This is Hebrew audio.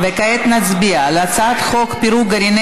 וכעת נצביע על הצעת חוק פירוק גרעיני